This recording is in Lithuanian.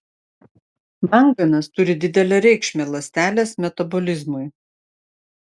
manganas turi didelę reikšmę ląstelės metabolizmui